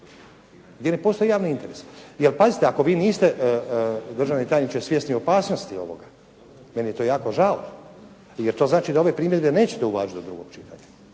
gdje ne postoji javni interes. ./. I Jer pazite ako vi niste državni tajniče svjesni opasnosti ovoga, meni je to jako žao, jer to znači da ove primjedbe nećete uvažiti do drugog čitanja,